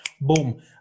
Boom